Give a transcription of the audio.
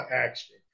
action